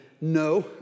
no